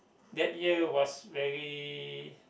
that year was very